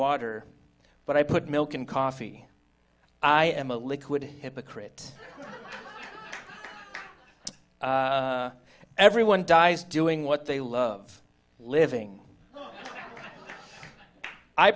water but i put milk in coffee i am a liquid hypocrite everyone dies doing what they love living i